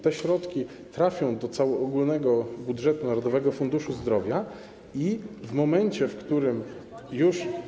Te środki trafią do ogólnego budżetu Narodowego Funduszu Zdrowia i w momencie, w którym już.